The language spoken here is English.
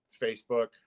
Facebook